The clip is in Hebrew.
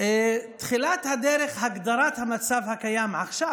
תחילת הדרך היא הגדרת המצב הקיים עכשיו,